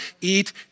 eat